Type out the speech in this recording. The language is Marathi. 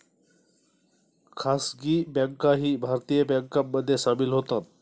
खासगी बँकाही भारतीय बँकांमध्ये सामील होतात